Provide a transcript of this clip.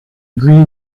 green